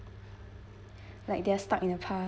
like they're stuck in the past